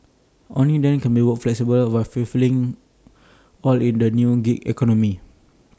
only then can work be flexible but fulfilling for all in this new gig economy